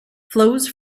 flows